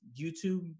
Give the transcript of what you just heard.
YouTube